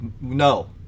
no